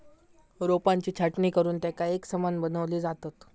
रोपांची छाटणी करुन तेंका एकसमान बनवली जातत